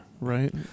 right